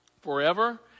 forever